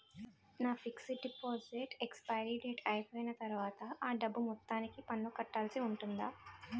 నా fixed deposit expiry date అయిపోయిన తర్వాత అ డబ్బు మొత్తానికి పన్ను కట్టాల్సి ఉంటుందా?